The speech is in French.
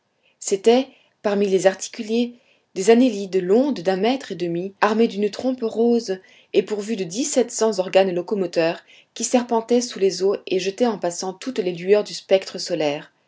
c'étaient parmi les articulés des annélides longs d'un mètre et demi armés d'une trompe rose et pourvus de dix-sept cents organes locomoteurs qui serpentaient sous les eaux et jetaient en passant toutes les lueurs du spectre solaire